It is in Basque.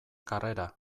karrera